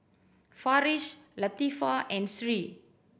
Farish Latifa and Sri